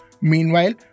Meanwhile